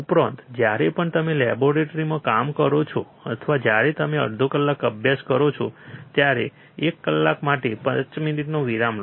ઉપરાંત જ્યારે પણ તમે લેબોરેટરીમાં કામ કરો છો અથવા જ્યારે તમે અડધો કલાક અભ્યાસ કરો છો ત્યારે એક કલાક માટે 5 મિનિટનો વિરામ લો